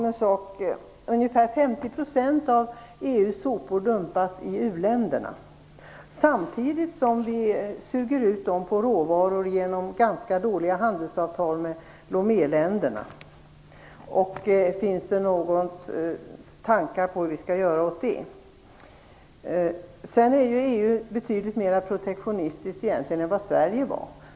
EU:s sopor dumpas i u-länderna, samtidigt som vi utarmar dem på råvaror genom ganska dåliga handelsavtal med Loméländerna. Finns det några tankar om vad vi skall göra åt det? EU är ju egentligen betydligt mer protektionistiskt än vad Sverige var.